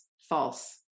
false